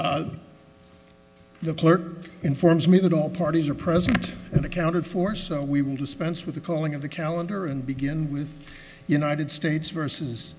me the clerk informs me that all parties are present and accounted for so we will dispense with the calling of the calendar and begin with united states versus